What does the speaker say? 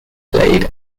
played